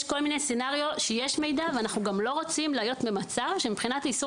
יש כל מיני סצנריו שיש מידע ואנחנו גם לא רוצים להיות במצב שמבחינת איסור